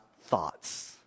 thoughts